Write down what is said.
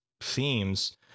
themes